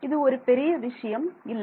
இது ஒரு பெரிய விஷயம் இல்லை